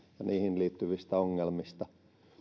ja niihin liittyvistä ongelmista